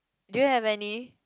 do you have any